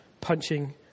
punching